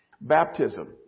Baptism